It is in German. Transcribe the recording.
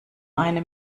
eine